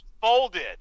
folded